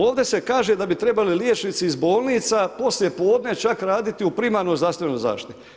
Ovdje se kaže da bi trebali liječnici iz bolnica, poslije podne, čak raditi u primarnoj zdravstvenoj zaštiti.